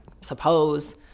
suppose